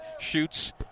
shoots